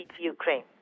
Ukraine